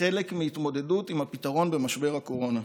חלק מההתמודדות עם הפתרון במשבר הקורונה.